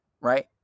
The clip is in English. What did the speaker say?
right